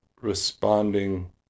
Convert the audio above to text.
responding